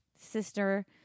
sister